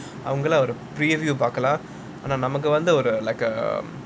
அவங்கெல்லாம்:avangellaam preview பாக்கலாம் ஆனா நமக்கு வந்து:paakalaam aanaa namakku vanthu like um